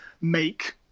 make